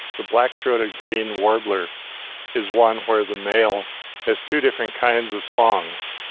the black-throated green warbler is one where the male has two different kinds of songs.